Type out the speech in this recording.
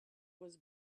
was